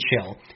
chill